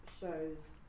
shows